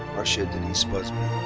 marcia denise busby.